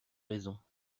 raisons